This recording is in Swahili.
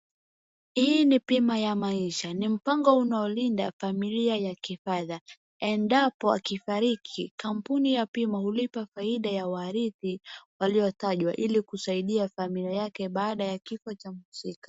Hii ni bima ya maisha. Ni mpango unaolinda familia ya kifedha, endapo akifariki kampuni ya bima hulipa faida ya uharithi waliotajwa ili kusaidia familia yake baada ya kifo cha mhusika.